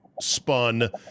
spun